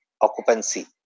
occupancy